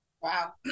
Wow